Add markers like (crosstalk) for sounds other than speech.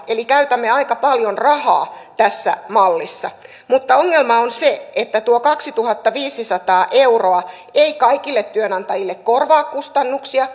eli käytämme aika paljon rahaa tässä mallissa mutta ongelma on se että tuo kaksituhattaviisisataa euroa ei kaikille työnantajille korvaa kustannuksia (unintelligible)